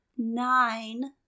Nine